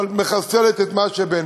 אבל מחסלת את מה שביניהם.